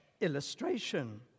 illustration